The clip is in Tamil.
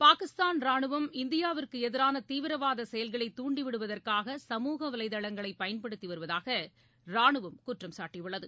பாகிஸ்தான் ராணுவம் இந்தியாவுக்கு எதிரான தீவிரவாத செயல்களை தூண்டிவிடுவதற்காக சமூக வலைதளங்களை பயன்படுத்தி வருவதாக ராணுவம் குற்றம் சாட்டியுள்ளது